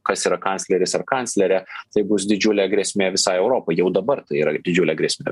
kas yra kancleris ar kanclerė tai bus didžiulė grėsmė visai europai jau dabar tai yra didžiulė grėsmė